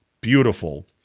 Beautiful